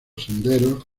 senderos